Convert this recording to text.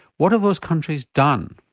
what have those countries done?